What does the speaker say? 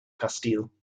castile